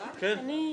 שהתבקשתי.